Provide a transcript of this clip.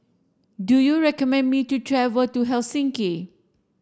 do you recommend me to travel to Helsinki